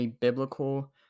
biblical